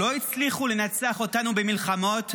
לא הצליחו לנצח אותנו במלחמות,